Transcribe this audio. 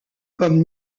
comme